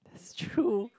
that's true